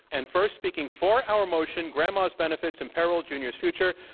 and first speaking for our motion, grandma's benefits imperil junior's future,